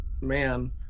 man